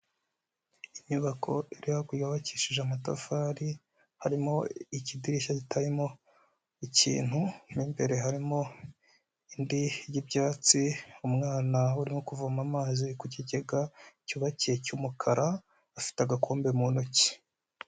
Inyubako iri hakurya yubakishije amatafari, harimo ikidirishya kitarimo ikintu mo imbere harimo indi y'ibyatsi umwana urimo kuvoma amazi ku kigega cyubakiye cy'umukara afite agakombe mu ntoki.